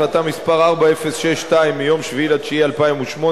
החלטה מס' 4062 מיום 7 בספטמבר 2008